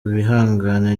bihangane